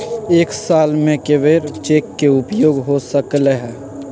एक साल में कै बेर चेक के उपयोग हो सकल हय